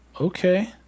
Okay